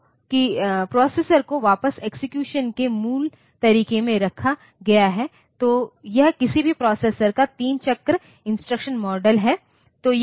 तो प्रोसेसर को वापस एक्सेक्यूसन के मूल तरीके में रखा गया है तो यह किसी भी प्रोसेसर का 3 चक्र इंस्ट्रक्शन मॉडल है